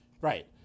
Right